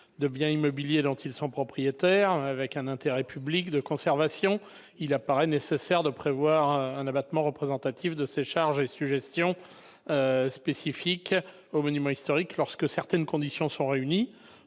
des biens immobiliers dont ils sont propriétaires. En raison de l'intérêt public de conservation, il apparaît nécessaire de prévoir un abattement représentatif des charges et sujétions spécifiques aux monuments historiques, lorsque certaines conditions sont réunies.